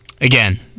again